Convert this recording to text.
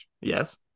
Yes